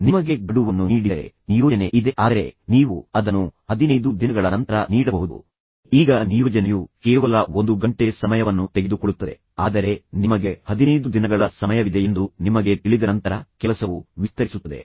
ನಿಮಗೆ ಗಡುವನ್ನು ನೀಡಿದರೆ ನಿಯೋಜನೆ ಇದೆ ಆದರೆ ನೀವು ಅದನ್ನು 15 ದಿನಗಳ ನಂತರ ನೀಡಬಹುದು ಎಂದು ನಿಮಗೆ ಹೇಳಲಾಗುತ್ತದೆ ಈಗ ನಿಯೋಜನೆಯು ಕೇವಲ 1 ಗಂಟೆ ಸಮಯವನ್ನು ತೆಗೆದುಕೊಳ್ಳುತ್ತದೆ ಆದರೆ ನಿಮಗೆ 15 ದಿನಗಳ ಸಮಯವಿದೆ ಎಂದು ನಿಮಗೆ ತಿಳಿದ ನಂತರ ಕೆಲಸವು ವಿಸ್ತರಿಸುತ್ತದೆ